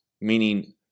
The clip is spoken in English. meaning